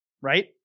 right